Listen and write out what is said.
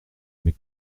mes